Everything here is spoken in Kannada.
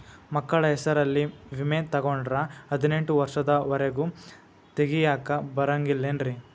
ಮಕ್ಕಳ ಹೆಸರಲ್ಲಿ ವಿಮೆ ತೊಗೊಂಡ್ರ ಹದಿನೆಂಟು ವರ್ಷದ ಒರೆಗೂ ತೆಗಿಯಾಕ ಬರಂಗಿಲ್ಲೇನ್ರಿ?